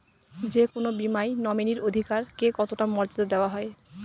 যে কোনো বীমায় নমিনীর অধিকার কে কতটা মর্যাদা দেওয়া হয়?